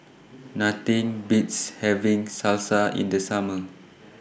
Nothing Beats having Salsa in The Summer